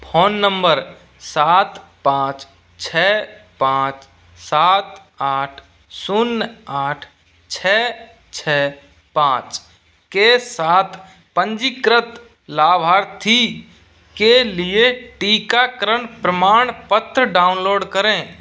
phone नंबर सात पाँच छ पाँच सात आठ शून्य आठ छ छ पाँच के साथ पंजीकृत लाभार्थी के लिए टीकाकरण प्रमाणपत्र डाउनलोड करें